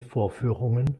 vorführungen